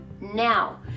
Now